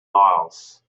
miles